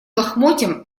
лохмотьям